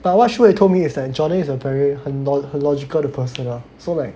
but what Shu Wei told me is Johnny is a very 很很 logical 的 person lah